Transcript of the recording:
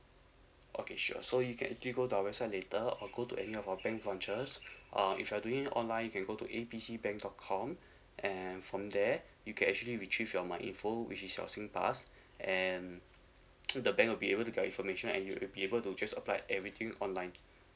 okay sure so you can go to our website later or go to any of our bank branches um if you're doing online you can go to A B C bank dot com and from there you can actually retrieve your my info which is your singpass and the bank will be able to get information and you will be able to just applied everything online